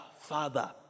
Father